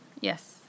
Yes